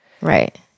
Right